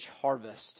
harvest